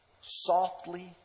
softly